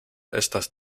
estas